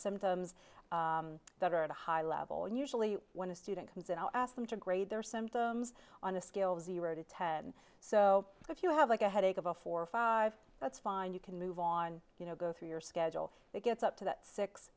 symptoms that are at a high level and usually when a student comes in i'll ask them to grade their symptoms on a scale of zero to ten so if you have like a headache of a four or five that's fine you can move on you know go through your schedule they get up to that six